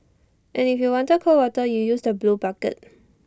and if you wanted cold water you use the blue bucket